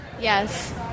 Yes